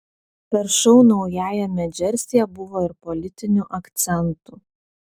per šou naujajame džersyje buvo ir politinių akcentų